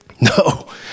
No